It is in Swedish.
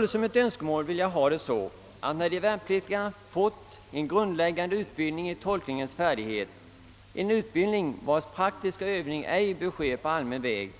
Såsom ett önskemål skulle jag vilja ange att de värnpliktiga först får en grundläggande utbildning i tolkning, varvid de praktiska övningarna ej bör utföras på allmän väg.